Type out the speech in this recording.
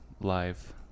live